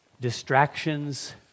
distractions